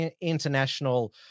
international